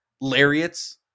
lariats